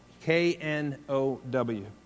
K-N-O-W